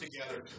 together